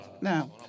Now